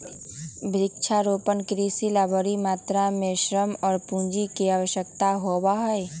वृक्षारोपण कृषि ला बड़ी मात्रा में श्रम और पूंजी के आवश्यकता होबा हई